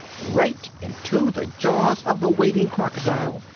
right into the jaws of the waiting crocodile,